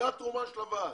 זו התרומה של הוועד.